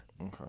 Okay